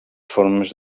formes